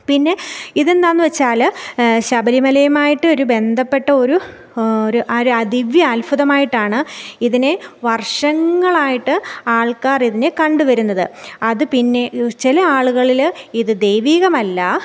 പിന്നെ ഇതെന്താണെന്ന് വെച്ചാൽ ശബരിമലയുമായിട്ട് ഒരു ബന്ധപ്പെട്ട ഒരു ഒരു അ ദിവ്യ അത്ഭുതമായിട്ടാണ് ഇതിനെ വർഷങ്ങളായിട്ട് ആൾക്കാർ ഇതിനെ കണ്ട് വരുന്നത് അത് പിന്നെ ചില ആളുകളിൽ ഇത് ദൈവീകമല്ല